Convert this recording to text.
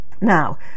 now